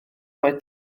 mae